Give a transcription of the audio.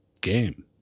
game